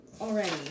already